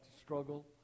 struggle